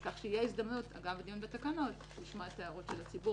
כך שתהיה הזדמנות אגב הדיון בתקנות לשמוע את הערות הציבור,